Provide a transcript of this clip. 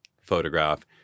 photograph